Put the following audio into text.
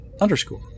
underscore